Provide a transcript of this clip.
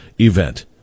event